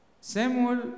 Samuel